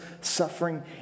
suffering